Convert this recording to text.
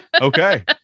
Okay